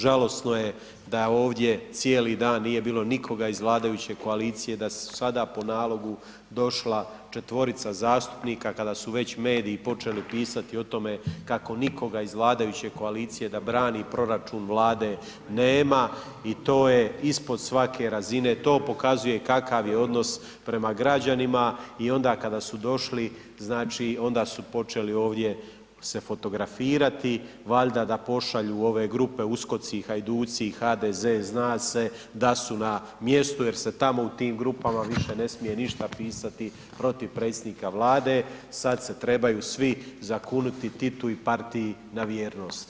Žalosno je da ovdje cijeli dan cijeli dan nije bilo nikoga iz vladajuće koalicije, da su sada nalogu došla četvorica zastupnika kada su već mediji počeli pisati o tome kako nikoga iz vladajuće koalicije da brani proračun Vlade nema, i to je ispod svake razine, to pokazuje kakav je odnos prema građanima i onda kada su došli, znači onda su počeli ovdje se fotografirati, valjda da pošalju u ove grupe „Uskoci i hajduci“ „HDZ zna se“, da su na mjestu jer se tamo u tim grupama više ne smije ništa pisati protiv predsjednika Vlade, sad se trebaju svi zakuniti Titu i partiji na vjernost.